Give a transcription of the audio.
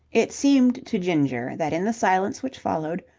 it seemed to ginger that in the silence which followed,